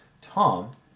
Tom